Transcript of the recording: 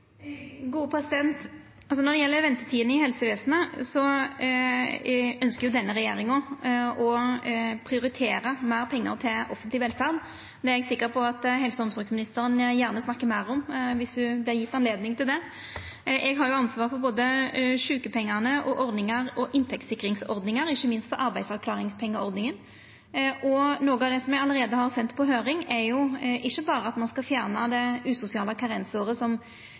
Når det gjeld ventetidene i helsevesenet, ønskjer denne regjeringa å prioritera meir pengar til offentleg velferd. Det er eg sikker på at helse- og omsorgsministeren gjerne snakkar meir om, viss ho vert gjeve anledning til det. Eg har jo ansvaret for både sjukepengane og inntektssikringsordningar, og ikkje minst for arbeidsavklaringspengeordninga. Og noko av det eg allereie har sendt på høyring, er ikkje berre at ein skal fjerna det usosiale karensåret, som den tidlegare regjeringa innførte for dei som